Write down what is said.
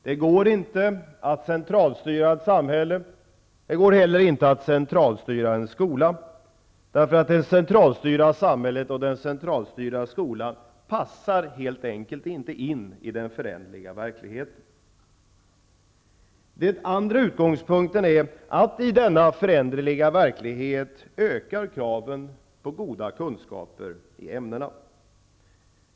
Det går inte att centralstyra ett samhälle och det går heller inte att centralstyra en skola, därför att det centralstyrda samhället och den centralstyrda skolan helt enkelt inte passar in i den föränderliga verkligheten. Den andra utgångspunkten är att kraven på goda kunskaper i ämnena ökar i och med denna föränderliga verklighet.